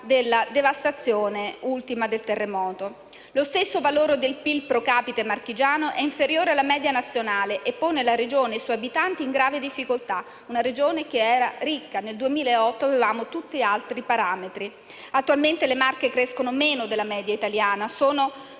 della devastazione ultima del terremoto. Lo stesso valore del PIL procapite marchigiano è inferiore alla media nazionale e pone la Regione e i suoi abitanti in grave difficoltà. Stiamo parlando di una Regione che era ricca. Nel 2008 avevamo tutt'altri parametri. Attualmente le Marche crescono meno della media italiana, solo